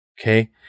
okay